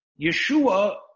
Yeshua